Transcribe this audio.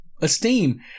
esteem